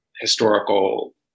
historical